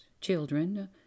children